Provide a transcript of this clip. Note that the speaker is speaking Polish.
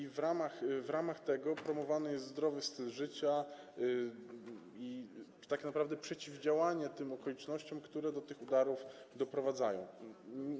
I w ramach tego promowany jest zdrowy styl życia i tak naprawdę przeciwdziałanie tym okolicznościom, które do tych udarów doprowadzają.